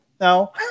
No